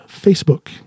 Facebook